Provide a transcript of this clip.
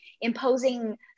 imposing